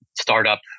startup